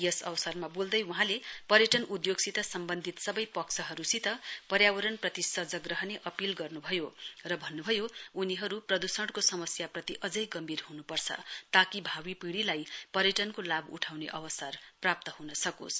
यस अवसरमा वोल्दै उपराष्ट्रपतिले पर्यटन उद्घोगसित सम्वन्धित सवै पक्षहरुसित पर्यावरणप्रति सजग रहने अपील गर्नुभयो र भन्नुभयो उनीहरु प्रद्रषणको समस्याप्रति अझै गम्भीर हनुपर्छ ताकि भावी पिढ़ीलाई पर्यटनको लाभ उठाउने अवसर प्राप्त हुन सकोस्